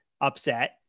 Upset